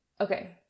okay